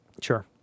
Sure